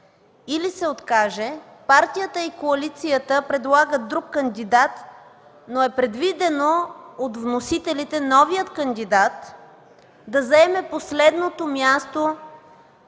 или се откаже, партията или коалицията предлага друг кандидат, но е предвидено от вносителите новият кандидат да заеме последното място